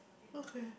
okay